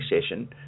session